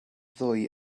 ddwy